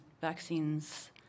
vaccines